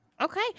okay